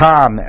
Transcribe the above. Tom